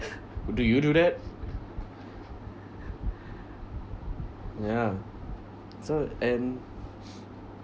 do you do that yeah so and